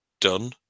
done